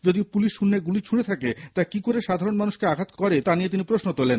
যদি পুলিশ শূন্যে গুলি ছুঁড়ে থাকে তা কি করে সাধারণ মানুষকে আঘাত করবে বলে তিনি প্রশ্ন তোলেন